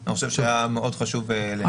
הם שמחים מאוד במציאות הזאת.